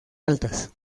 altas